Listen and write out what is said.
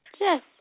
yes